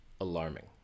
alarming